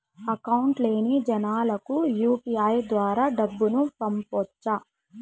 Account లేని జనాలకు UPI ద్వారా డబ్బును పంపొచ్చా?